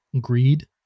greed